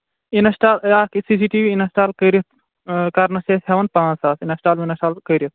install راتھ C C T V install کٔرِتھ کَرنَس چھِ أسۍ ہٮ۪وان پانٛژھ ساس اِنسٹال وِنَسٹال کٔرِتھ